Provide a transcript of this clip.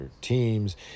teams